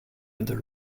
other